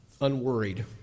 unworried